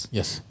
Yes